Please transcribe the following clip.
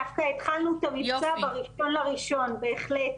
דווקא התחלנו את --- ב-1 ינואר, בהחלט.